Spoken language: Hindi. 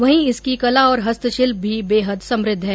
वहीं इसकी कला और हस्तशिल्प भी बेहद समुद्व है